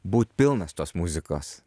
būt pilnas tos muzikos